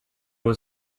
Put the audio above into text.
was